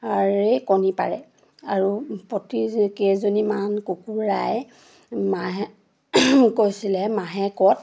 কণী পাৰে আৰু প্ৰতি কেইজনীমান কুকুৰাই মাহে কৈছিলে মাহেকত